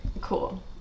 cool